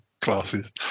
classes